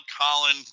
Colin